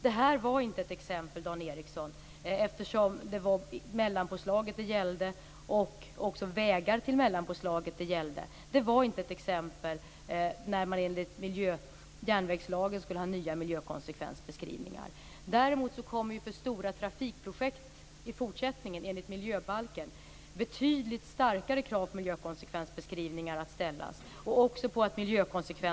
Eftersom det här gällde mellanpåslaget och vägar till mellanpåslaget var det inte ett exempel, Dan Ericsson, på när man enligt järnvägslagen skulle ha nya miljökonsekvensbeskrivningar. Däremot kommer det i fortsättningen enligt miljöbalken att ställas betydligt starkare krav på miljökonsekvensbeskrivningar vid stora trafikprojekt.